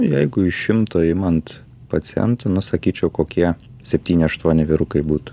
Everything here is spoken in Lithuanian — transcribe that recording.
jeigu iš šimto imant pacientų nu sakyčiau kokie septyni aštuoni vyrukai būtų